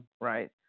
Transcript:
right